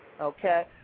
Okay